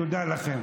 תודה לכם.